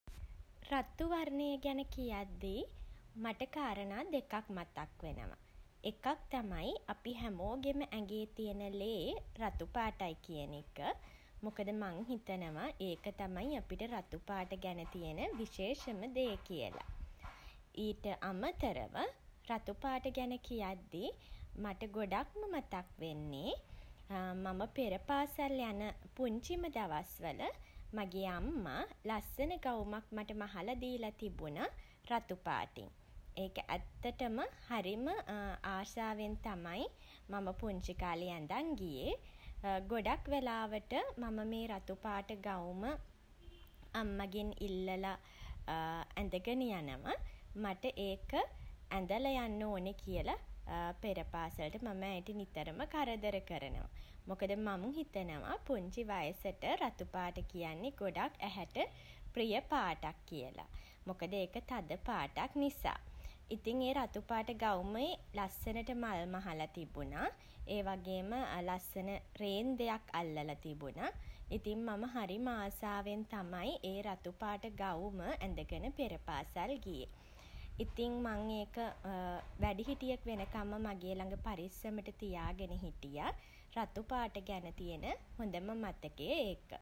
රතු වර්ණය ගැන කියද්දී මට කාරණා දෙකක් මතක් වෙනව. එකක් තමයි අපි හැමෝගෙම ඇඟේ තියෙන ලේ රතු පාටයි කියන එක. මොකද මං හිතනවා ඒක තමයි අපිට රතු පාට ගැන තියෙන විශේෂම දේ කියල. ඊට අමතරව රතු පාට ගැන කියද්දි මට ගොඩක් ම මතක් වෙන්නේ මම පෙර පාසල් යන පුංචිම දවස්වල මගේ අම්මා ලස්සන ගවුමක් මට මහලා දීලා තිබුණා රතු පාටින්. ඒක ඇත්තටම හරිම ආසාවෙන් තමයි පුංචි කාලේ ඇඳන් ගියේ ගොඩක් වෙලාවට මම මේ රතු පාට ගවුම අම්මගෙන් ඉල්ලල ඇඳගෙන යනවා. මට ඒක ඇඳල යන්න ඕනි කියලා පෙර පාසලට මම ඇයට නිතරම කරදර කරනවා. මොකද මං හිතනවා පුංචි වයසට රතු පාට කියන්නේ ගොඩක් ඇහැට ප්‍රිය පාටක් කියලා. මොකද ඒක තද පාටක් නිසා. ඉතිං ඒ රතු පාට ගවුමේ ලස්සනට මල් මහලා තිබුණා. ඒ වගේම ලස්සන රේන්දයක් අල්ලලා තිබුණා. ඉතිං මම හරිම ආසාවෙන් තමයි ඒ රතු පාට ගවුම ඇඳගෙන පෙර පාසැල් ගියේ. ඉතිං මං ඒක වැඩිහිටියෙක් වෙනකම්ම මගේ ළඟ පරිස්සමට තියාගෙන හිටියා. රතු පාට ගැන තියෙන හොඳම මතකය ඒක.